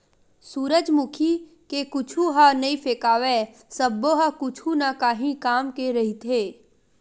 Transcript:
सूरजमुखी के कुछु ह नइ फेकावय सब्बो ह कुछु न काही काम के रहिथे